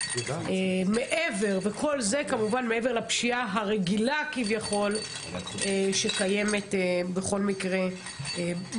כל זה כמובן מעבר לפשיעה הרגילה כביכול שקיימת בכל הארץ.